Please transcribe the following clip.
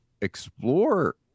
explore